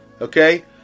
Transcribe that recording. Okay